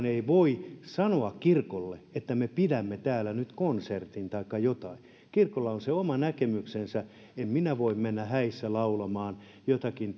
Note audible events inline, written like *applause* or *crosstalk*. *unintelligible* ei voi sanoa kirkolle että me pidämme täällä nyt konsertin taikka jotain kirkolla on se oma näkemyksensä en minä voi mennä häissä laulamaan jotakin *unintelligible*